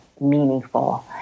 meaningful